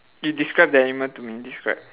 you describe the animal to me describe